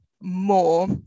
more